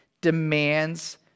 demands